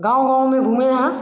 गाँव गाँव में घूमें हैं